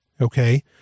okay